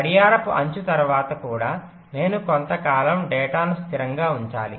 గడియారపు అంచు తర్వాత కూడా నేను కొంతకాలం డేటాను స్థిరంగా ఉంచాలి